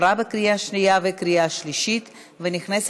נתקבל.